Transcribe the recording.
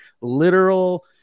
literal